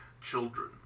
Children